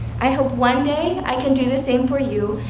i hope one day i can do the same for you,